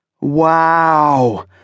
Wow